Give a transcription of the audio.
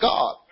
God